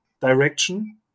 direction